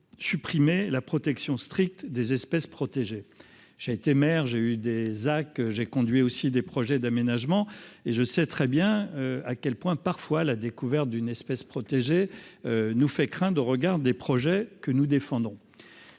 supprimer la protection stricte des espèces protégées. J'ai été maire, j'ai eu des, ah que j'ai conduit aussi des projets d'aménagement et je sais très bien à quel point parfois la découverte d'une espèce protégée, nous fait craint de regarde des projets que nous défendons.